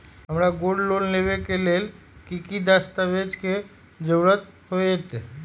हमरा gold loan लेबे के लेल कि कि दस्ताबेज के जरूरत होयेत?